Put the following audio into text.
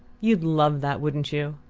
you'd love that, wouldn't you?